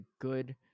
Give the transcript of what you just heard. good